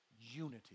Unity